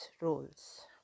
roles